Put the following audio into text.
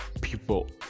people